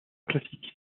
classique